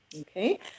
Okay